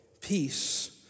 peace